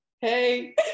hey